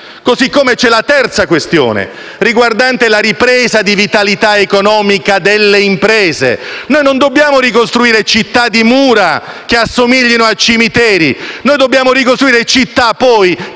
C'è poi la terza questione, riguardante la ripresa di vitalità economica delle imprese. Noi non dobbiamo ricostruire città di mura che assomigliano a cimiteri; noi dobbiamo ricostruire città